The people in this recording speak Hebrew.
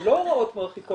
זה לא הוראות מרחיקות לכת.